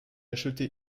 acheté